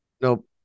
Nope